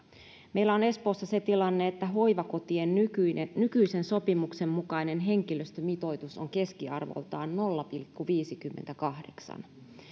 meillä on espoossa se tilanne että hoivakotien nykyisen sopimuksen mukainen henkilöstömitoitus on keskiarvoltaan nolla pilkku viisikymmentäkahdeksan